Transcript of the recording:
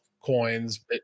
coins